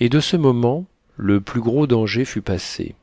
et de ce moment le plus gros danger fut passé